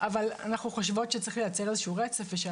אנחנו חושבות שצריך לייצר איזשהו רצף.